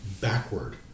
backward